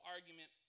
Argument